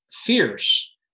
fierce